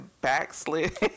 backslid